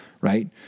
right